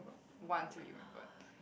want to be remembered